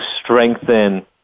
strengthen